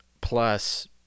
Plus